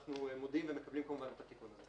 אנחנו מודים ומקבלים כמובן את התיקון.